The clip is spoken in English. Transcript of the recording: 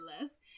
less